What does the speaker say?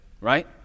right